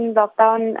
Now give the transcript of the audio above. lockdown